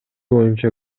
боюнча